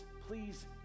please